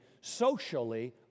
socially